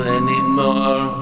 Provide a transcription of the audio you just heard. anymore